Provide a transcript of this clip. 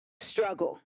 struggle